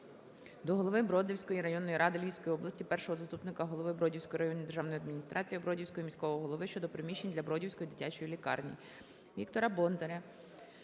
до Голови Бродівської районної ради Львівської області, Першого заступника голови Бродівської районної державної адміністрації, Бродівського міського голови щодо приміщень для Бродівської дитячої лікарні. Віктора Бондаря